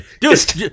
Dude